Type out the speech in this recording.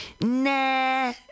nah